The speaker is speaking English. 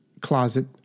closet